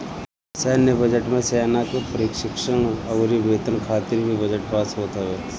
सैन्य बजट मे सेना के प्रशिक्षण अउरी वेतन खातिर भी बजट पास होत हवे